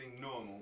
normal